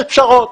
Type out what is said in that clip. יש פשרות.